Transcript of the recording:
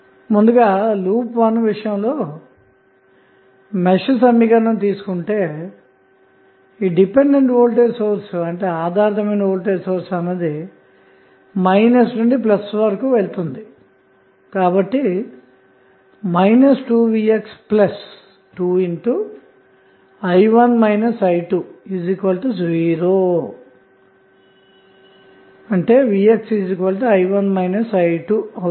అందుకోసం లూప్ 1 విషయంలో మెష్ సమీకరణం తీసుకొంటే డిపెండెంట్ వోల్టేజ్ సోర్స్ అన్నది మైనస్ నుండి ప్లస్ వరకు అంతటా వెళుతుంది కాబట్టి 2vx2i1 i20⇒vxi1 i2 లభిస్తుంది